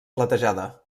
platejada